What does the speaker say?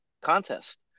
contest